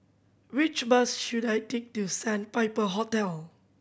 which bus should I take to Sandpiper Hotel